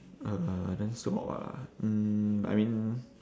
uh then still got what ah mm I mean